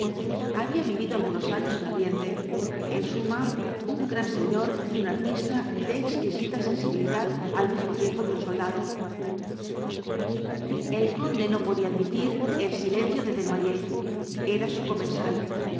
había vivido algunos años en oriente en suma un gran señor y un artista de exquisita sensibilidad al mismo tiempo que un soldado el conde no podía admitir el silencio de desnoyers era su comensal